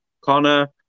Connor